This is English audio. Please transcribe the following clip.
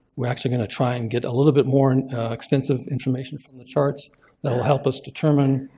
we're actually going to try and get a little bit more and extensive information from the charts that will help us determine